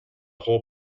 whole